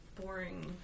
boring